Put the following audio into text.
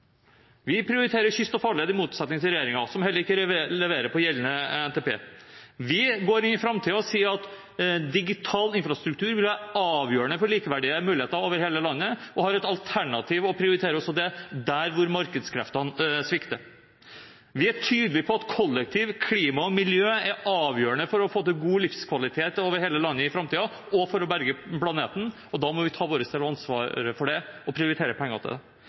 Vi prioriterer kyst og farled, i motsetning til regjeringen, som heller ikke leverer på gjeldende NTP. Vi går inn i framtiden og sier at digital infrastruktur vil være avgjørende for likeverdige muligheter over hele landet, og vi har et alternativ og prioriterer det også der hvor markedskreftene svikter. Vi er tydelige på at kollektiv, klima og miljø er avgjørende for å få til god livskvalitet over hele landet i framtiden, og for å berge planeten, og da må vi ta vår del av ansvaret for det og prioritere penger til det.